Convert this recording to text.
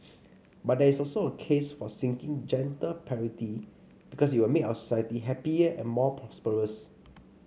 but there is also a case for seeking gender parity because it will make our society happier and more prosperous